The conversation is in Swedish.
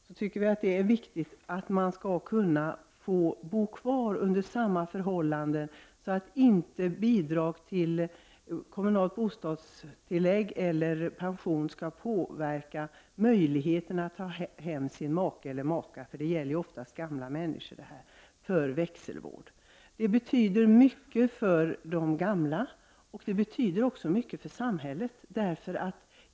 Vi anser att det är viktigt att människor kan bo kvar under samma förhållanden även om de tidvis är på sjukhus, dvs. bidrag till kommunalt bostadstillägg eller pension skall inte påverka möjligheterna för någon att ta hem sin make eller maka från sjukhus. Växelvård skall alltså vara möjlig. Och det handlar ju ofta om gamla människor. Detta betyder mycket för de gamla och för samhället.